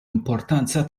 importanza